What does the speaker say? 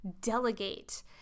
delegate